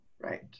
right